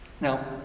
Now